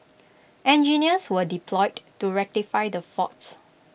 engineers were deployed to rectify the faults